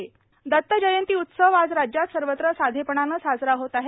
दत जयंती उत्सव दत्त जयंती उत्सव आज राज्यात सर्वत्र साधेपणानं साजरा होत आहे